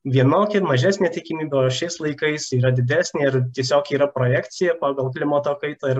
vienoki mažesnė tikimybė o šiais laikais yra didesnė ir tiesiog yra projekcija pagal klimato kaitą ir